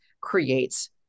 creates